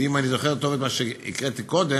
ואם אני זוכר טוב את מה שהקראתי קודם,